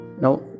now